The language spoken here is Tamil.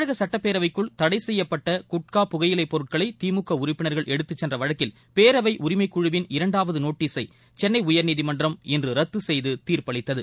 தமிழக சுட்டப்பேரவைக்குள் தடை செய்யப்பட்ட குட்கா புகையிலை பொருட்களை திமுக உறுப்பினர்கள் எடுத்து சென்ற வழக்கில் பேரவை உரிமைக்குழுவின் இரண்டாவதுநோட்டீஸை சென்னை உயர்நீதிமன்றம் இன்று ரத்து செய்து தீர்ப்பளித்தது